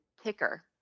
kicker